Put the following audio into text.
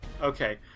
Okay